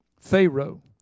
Pharaoh